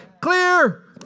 Clear